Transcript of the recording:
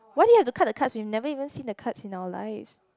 why do you have to cut the cards we never even seen the card in our lives